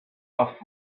off